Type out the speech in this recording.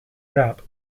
rap